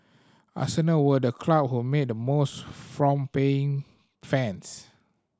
Arsenal were the club who made the most from paying fans